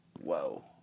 Whoa